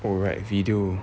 oh right video